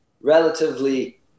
relatively